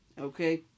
Okay